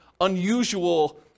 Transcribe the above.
unusual